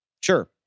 sure